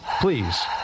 please